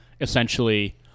essentially